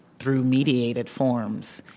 through mediated forms,